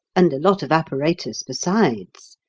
and a lot of apparatus besides,